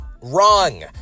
wrong